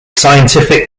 scientific